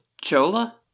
Chola